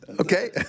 okay